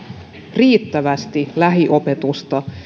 riittävästi lähiopetusta